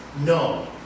No